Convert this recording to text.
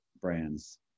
brands